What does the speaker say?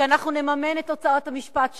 שאנחנו נממן את הוצאות המשפט שלך.